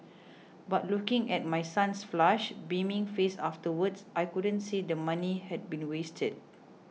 but looking at my son's flushed beaming face afterwards I couldn't say the money had been wasted